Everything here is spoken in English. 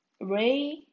Ray